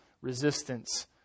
resistance